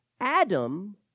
Adam